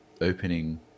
opening